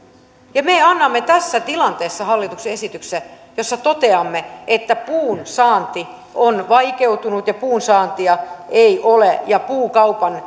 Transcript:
ja me annamme tässä tilanteessa hallituksen esityksen jossa toteamme että puunsaanti on vaikeutunut ja puunsaantia ei ole ja puukaupan